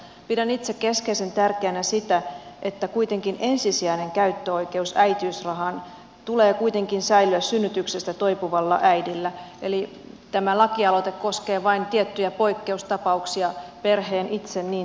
pidän itse keskeisen tärkeänä sitä että synnytyksestä toipuvalla äidillä tulee kuitenkin säilyä ensisijainen käyttöoikeus äitiysrahaan eli tämä lakialoite koskee vain tiettyjä poikkeustapauksia tapauksia joissa perhe itse tätä toivoo